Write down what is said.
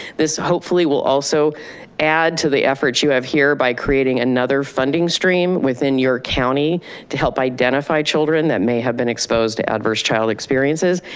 this hopefully hopefully will also add to the effort you have here by creating another funding stream within your county to help identify children that may have been exposed to adverse childhood experiences,